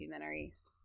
documentaries